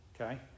okay